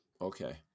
Okay